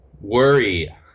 worry